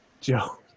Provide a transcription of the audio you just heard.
Joe